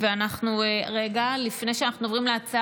נתכנס ונחליט אם אנחנו מחויבים לכל